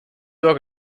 work